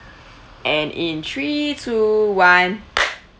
and in three two one